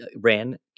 ran